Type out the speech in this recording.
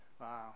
Wow